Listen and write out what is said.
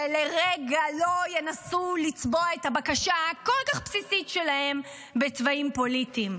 שלרגע לא ינסו לצבוע את הבקשה הכל-כך בסיסית שלהם בצבעים פוליטיים.